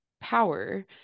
power